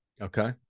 Okay